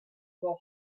was